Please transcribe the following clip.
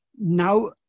Now